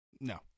No